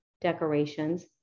decorations